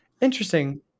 Interesting